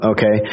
Okay